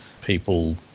people